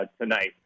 tonight